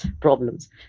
problems